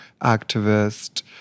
activist